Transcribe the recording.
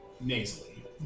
Nasally